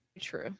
true